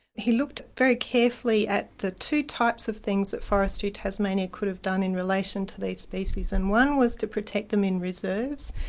he looked very carefully at the two types of things that forestry tasmania could have done in relation to these species, and one was to protect them in reserves,